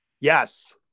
Yes